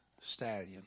stallion